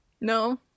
No